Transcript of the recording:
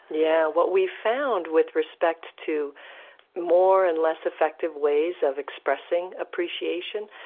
yeah what we found with respect to more and less effective ways of expressing appreciation,